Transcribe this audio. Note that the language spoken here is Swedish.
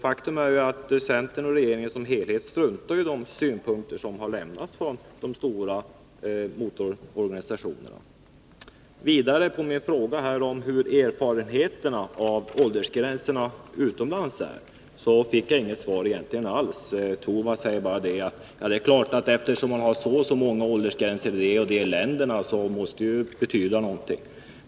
Faktum är att centern och regeringen som helhet struntar i de synpunkter som har lämnats från de stora motororganisationerna. På min fråga om erfarenheterna av åldersgränserna utomlands fick jag egentligen inget svar. Rune Torwald sade bara att om man har så och så många åldersgränser i de och de länderna måste det betyda någonting.